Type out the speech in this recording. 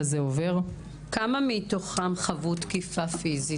כמה מתוכן חוו תקיפה פיזית?